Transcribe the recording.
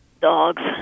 Dogs